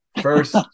First